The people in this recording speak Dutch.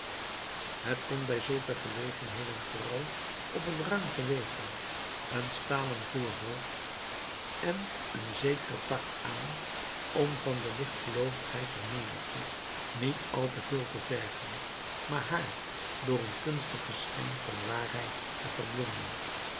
het komt bij zulke gelegenheden vooral op een ruim geweten een stalen voorhoofd en een zekeren tact aan om van de ligtgeloovigheid der menigte niet al te veel te vergen maar haar door een kunstigen schijn van waarheid te verblinden